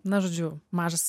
na žodžiu mažas